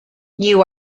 you